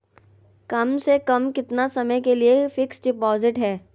कम से कम कितना समय के लिए फिक्स डिपोजिट है?